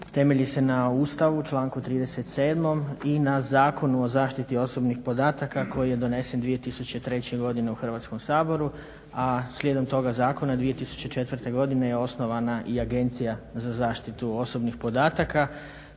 temelji se na Ustavu, članku 37. i na Zakonu o zaštiti osobnih podataka koji je donesen 2003. godine u Hrvatski saboru, a slijedom toga zakona 2004. godine je osnovana i Agencija za zaštitu osobnih podataka